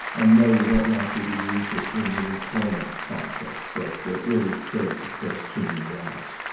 and no, we don't want you to use it in the employment context that it really treads across too many rights.